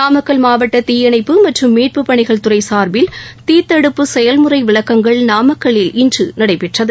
நாமக்கல் மாவட்ட தீயணைப்பு மற்றும் மீட்புப்பணிகள் துறை சார்பில் தீத்தடுப்பு செயல்முறை விளக்கங்கள் நாமக்கல்லில் இன்று நடைபெற்றது